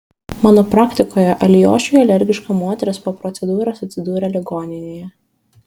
mano praktikoje alijošiui alergiška moteris po procedūros atsidūrė ligoninėje